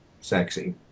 sexy